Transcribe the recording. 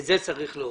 את זה צריך להוריד.